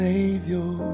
Savior